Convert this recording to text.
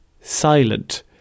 Silent